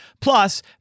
Plus